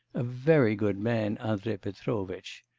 a very good man, andrei petrovitch.